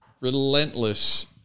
relentless